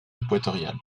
équatoriale